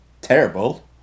terrible